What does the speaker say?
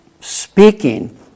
speaking